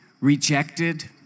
rejected